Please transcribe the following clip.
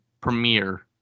premiere